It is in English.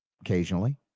occasionally